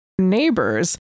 neighbors